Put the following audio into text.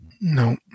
No